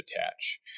attach